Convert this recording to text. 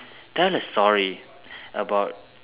tell a story about